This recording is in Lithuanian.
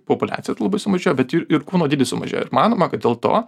populiacija labai sumažėjo bet jų ir kūno dydis sumažėjo ir manoma kad dėl to